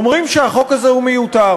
אומרים שהחוק הזה הוא מיותר.